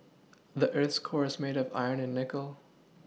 the earth's core is made of iron and nickel